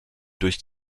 durch